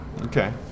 Okay